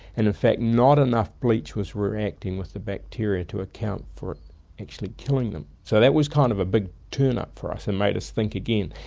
and in fact not enough bleach was reacting with the bacteria to account for actually killing them. so that was kind of a big turn-up for us and made us think again.